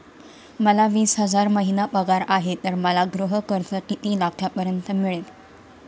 मला वीस हजार महिना पगार आहे तर मला गृह कर्ज किती लाखांपर्यंत मिळेल?